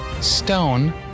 stone